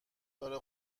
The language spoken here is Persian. دارم